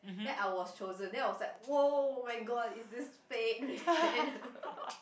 then I was chosen then I was like !wow! my god is this fate